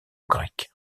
grecque